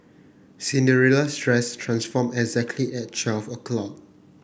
Cinderella's dress transformed exactly at twelve o'clock